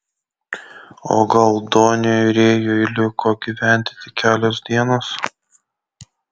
o gal doniui rėjui liko gyventi tik kelios dienos